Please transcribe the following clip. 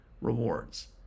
rewards